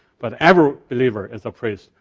but every believer is a priest,